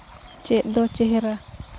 ᱪᱮᱫ ᱪᱮᱦᱨᱟ